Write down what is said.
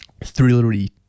thrillery